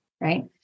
right